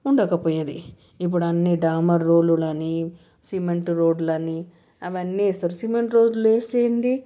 ఉండకపోయేది ఇప్పుడు అన్ని డాబర్ రోడ్లు అని సిమెంట్ రోడ్లన్నీ అవన్నీ వేస్తారు సిమెంట్ రోడ్లు వేస్తే ఏంది